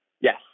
Yes